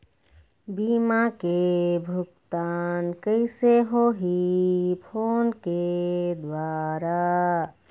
बीमा के भुगतान कइसे होही फ़ोन के द्वारा?